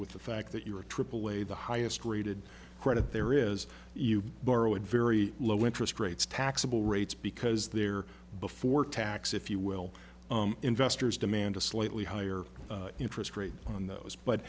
with the fact that you are aaa the highest rated credit there is you borrow at very low interest rates taxable rates because there before tax if you will investors demand a slightly higher interest rate on those